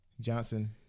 Johnson